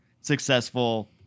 successful